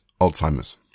Alzheimer's